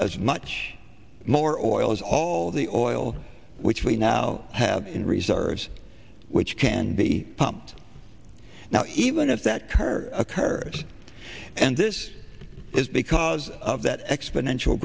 as much more oil as all the oil which we now have in reserves which can be pumped now even if that hurt occurred and this is because of that exponential